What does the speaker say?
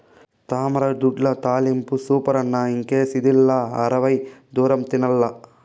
తామరతూడ్ల తాలింపు సూపరన్న ఇంకేసిదిలా అరవై దూరం తినాల్ల